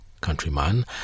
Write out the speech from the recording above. Countryman